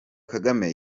kagame